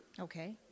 okay